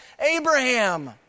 Abraham